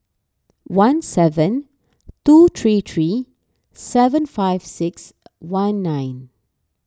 one seven two three three seven five six one nine